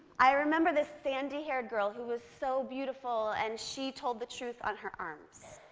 i remember this sandy-haired girl, who was so beautiful, and she told the truth on her arms.